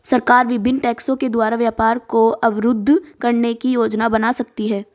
सरकार विभिन्न टैक्सों के द्वारा व्यापार को अवरुद्ध करने की योजना बना सकती है